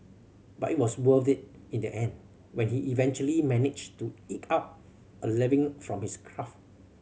but it was worth it in the end when he eventually managed to eke out a living from his craft